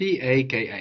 paka